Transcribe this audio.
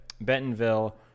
Bentonville